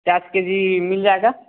क्या K G मिल जाएगा